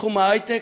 בתחום ההיי-טק,